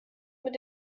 mit